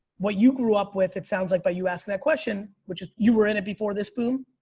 what you grew up with, it sounds like by you asking that question which is you were in it before this boom?